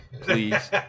please